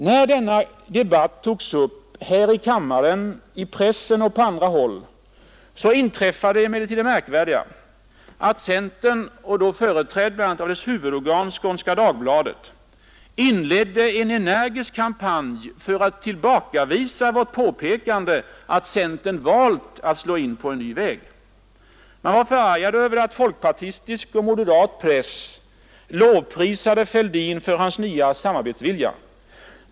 När denna debatt togs upp här i kammaren, i pressen och på andra håll inträffade emellertid det märkliga, att centern, företrädd bl.a. av sitt huvudorgan Skånska Dagbladet, inledde en energisk kampanj för att tillbakavisa vårt påpekande att centern valt att slå in på en ny väg. Man var förargad över att folkpartistisk och moderat press lovprisade Fälldin för hans nya samarbetsvilja.